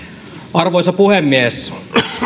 arvoisa puhemies